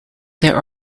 there